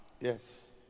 yes